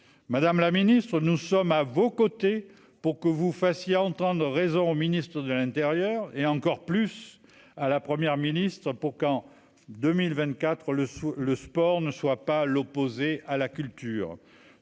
Madame la Ministre, nous sommes à vos côtés pour que vous fassiez entendre raison au ministre de l'Intérieur et encore plus à la première ministre pour qu'en 2024 le le sport ne soit pas l'opposé à la culture,